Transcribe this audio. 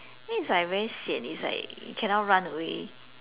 then is like very sian is like cannot run away